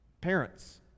Parents